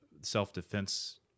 self-defense